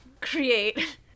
create